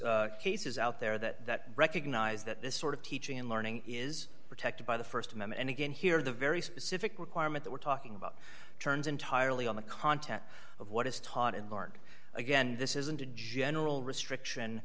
cases out there that recognize that this sort of teaching and learning is protected by the st man and again here the very specific requirement that we're talking about turns entirely on the content of what is taught in born again this isn't a general restriction